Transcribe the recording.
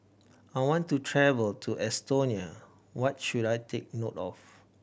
I want to travel to Estonia what should I take note of